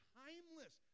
timeless